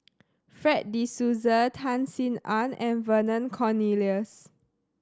Fred De Souza Tan Sin Aun and Vernon Cornelius